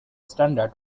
standard